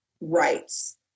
rights